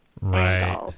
Right